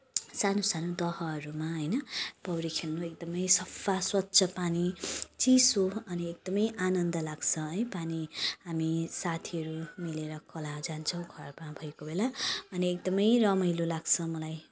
सानो सानो दहहरूमा होइन पौडी खेल्नु एकदमै सफा स्वच्छ पानी चिसो अनि एकदमै आनन्द लाग्छ है पानी हामी साथीहरू मिलेर खोला जान्छौँ घरमा भएको बेला अनि एकदमै रमाइलो लाग्छ मलाई